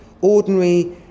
ordinary